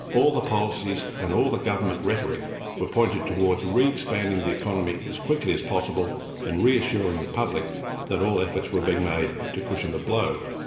all the policies and all the government rhetoric were pointed towards re-expanding the economy as quickly as possible and reassuring reassuring the public that all efforts were being made to cushion the blow.